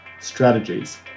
strategies